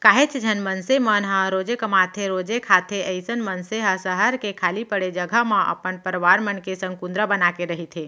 काहेच झन मनसे मन ह रोजे कमाथेरोजे खाथे अइसन मनसे ह सहर के खाली पड़े जघा म अपन परवार मन के संग कुंदरा बनाके रहिथे